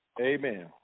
Amen